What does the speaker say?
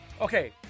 okay